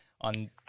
on